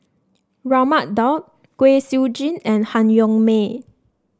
Raman Daud Kwek Siew Jin and Han Yong May